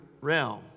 realm